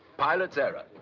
pilot's error.